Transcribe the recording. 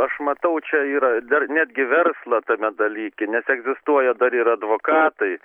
aš matau čia yra dar netgi verslą tame dalyke nes egzistuoja dar ir advokatai